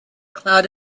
cloud